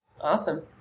Awesome